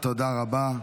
תודה, תודה רבה.